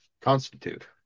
constitute